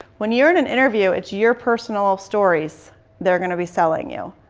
when you're in an interview, it's your personal stories they're going to be selling you.